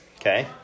okay